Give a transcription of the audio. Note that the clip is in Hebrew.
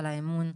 על האמון,